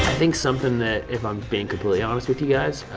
think something that, if i'm being completely honest with you guys,